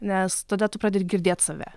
nes tada tu pradedi girdėt save